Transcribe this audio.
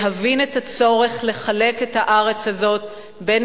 להבין את הצורך לחלק את הארץ הזאת בין